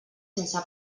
sense